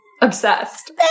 Obsessed